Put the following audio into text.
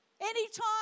Anytime